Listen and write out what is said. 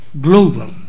global